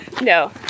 no